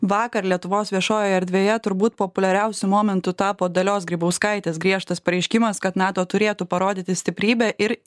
vakar lietuvos viešojoje erdvėje turbūt populiariausiu momentu tapo dalios grybauskaitės griežtas pareiškimas kad nato turėtų parodyti stiprybę ir